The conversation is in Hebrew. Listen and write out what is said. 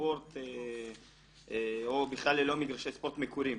ספורט או בכלל ללא מגרשי ספורט מקורים,